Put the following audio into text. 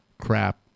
crap